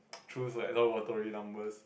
choose like some lottery numbers